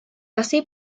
así